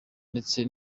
ndetse